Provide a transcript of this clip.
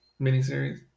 miniseries